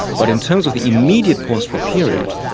but in terms of the immediate post-war period,